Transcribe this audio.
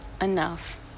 enough